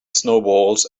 snowballs